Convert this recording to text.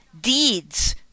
deeds